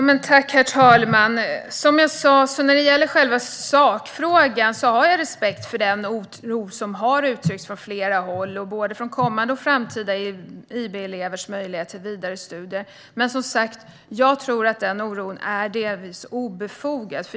Herr talman! När det gäller själva sakfrågan har jag som sagt respekt för den oro som har uttryckts från flera håll för både nuvarande och framtida IB-elevers möjlighet till vidare studier. Jag tror dock att oron är delvis obefogad.